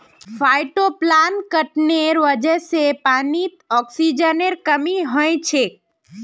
फाइटोप्लांकटनेर वजह से पानीत ऑक्सीजनेर कमी हैं जाछेक